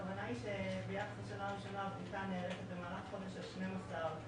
הכוונה היא שביחס לשנה הראשונה הבדיקה נערכת במהלך החודש ה-12.